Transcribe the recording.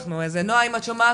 זה משהו שאני חושבת שרוב ההורים,